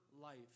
life